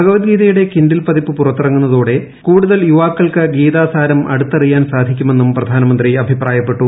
ഭഗവത്ഗീതയുടെ Kindle പതിപ്പ് പുറത്തിറങ്ങുന്നതോടെ കൂടുതൽ യുവാക്കൾക്ക് ഗീതാസാരം അടുത്തറിയാൻ സാധിക്കുമെന്നും പ്രധാനമന്ത്രി അഭിപ്രായപ്പെട്ടു